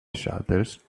shutters